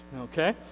okay